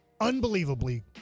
unbelievably